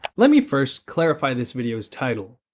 let me first clarify this video's title.